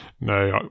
no